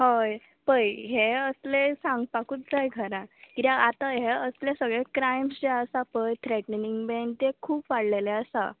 हय पळय हें असलें सांगपाकूत जाय घरा कित्या आतां हे असले सगळे क्रायम्स जे आसा पय थ्रॅटणींग बेन ते खूब वाळ्ळेले आसा